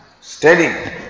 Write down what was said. steady